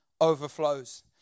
overflows